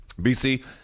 bc